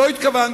לא התכוונתי.